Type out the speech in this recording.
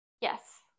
Yes